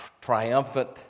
triumphant